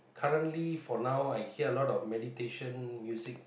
currently for now I hear a lot of meditation music